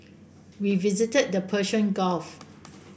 we visited the Persian Gulf